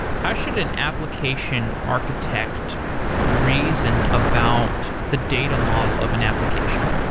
how should an application architect reason about the data model of an application?